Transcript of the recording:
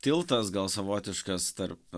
tiltas gal savotiškas tarp